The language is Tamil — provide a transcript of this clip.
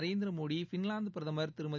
நரேந்திர மோடி ஃபின்வாந்து பிரதமர் திருமதி